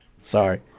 Sorry